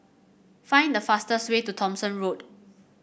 find the fastest way to Thomson Road